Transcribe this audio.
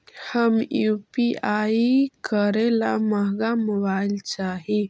हम यु.पी.आई करे ला महंगा मोबाईल चाही?